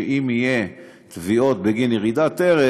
ואם יהיו תביעות בגין ירידת ערך,